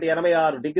860 p